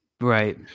Right